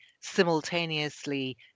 simultaneously